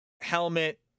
helmet